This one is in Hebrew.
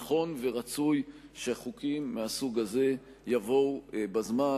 נכון ורצוי שחוקים מהסוג הזה יבואו בזמן,